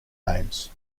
names